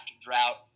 drought